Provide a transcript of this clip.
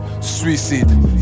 suicide